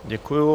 Děkuju.